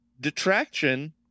detraction